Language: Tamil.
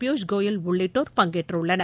பியூஷ்கோயல் உள்ளிட்டோர் பங்கேற்றுள்ளனர்